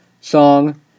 song